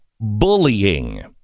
bullying